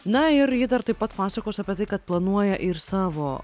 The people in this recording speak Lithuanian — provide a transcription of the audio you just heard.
na ir ji dar taip pat pasakos apie tai kad planuoja ir savo